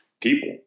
people